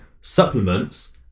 supplements